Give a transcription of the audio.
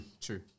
True